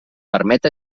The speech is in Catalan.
permet